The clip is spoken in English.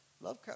Love